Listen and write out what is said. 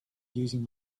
using